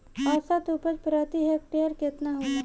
औसत उपज प्रति हेक्टेयर केतना होला?